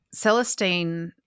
Celestine